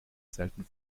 selten